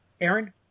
Aaron